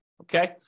okay